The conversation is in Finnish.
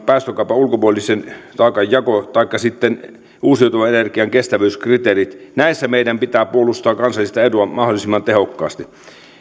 päästökaupan ulkopuolisen taakan jaossa taikka sitten uusiutuvan energian kestävyyskriteereissä meidän pitää puolustaa kansallista etua mahdollisimman tehokkaasti